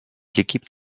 l’équipe